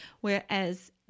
whereas